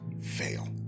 fail